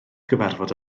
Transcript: gyfarfod